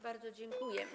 Bardzo dziękuję.